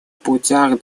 путях